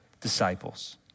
disciples